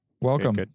Welcome